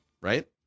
right